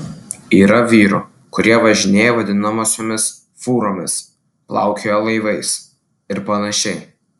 yra vyrų kurie važinėja vadinamosiomis fūromis plaukioja laivais ir panašiai